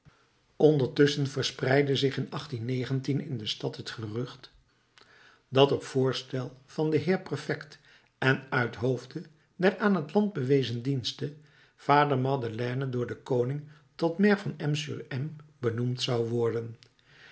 ondertusschen verspreidde zich in in de stad het gerucht dat op het voorstel van den heer prefect en uit hoofde der aan het land bewezen diensten vader madeleine door den koning tot maire van m sur m benoemd zou worden